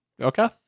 Okay